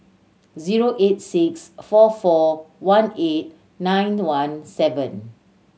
zero eight six four four one eight nine one seven